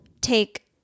take